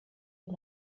und